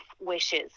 wishes